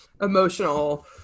emotional